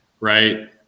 Right